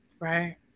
Right